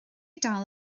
dal